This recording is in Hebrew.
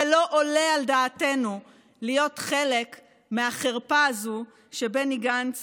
ולא עולה על דעתנו להיות חלק מהחרפה הזאת שבני גנץ